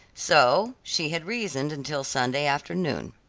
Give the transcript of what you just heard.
so she had reasoned until sunday afternoon.